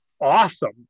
awesome